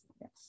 Yes